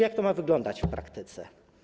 Jak to ma wyglądać w praktyce?